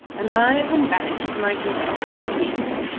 and i have been banished from my kingdom for a year.